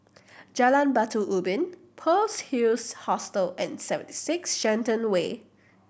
Jalan Batu Ubin Pearl's Hill's Hostel and seven six Shenton Way